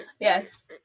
yes